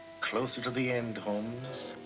closer to the end, holmes.